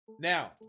Now